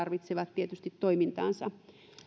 tarvitsevat tietysti euroja toimintaansa